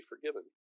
forgiven